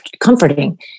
comforting